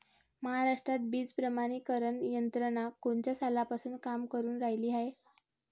महाराष्ट्रात बीज प्रमानीकरण यंत्रना कोनच्या सालापासून काम करुन रायली हाये?